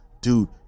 dude